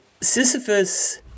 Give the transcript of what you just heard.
Sisyphus